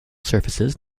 surfaces